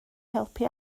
helpu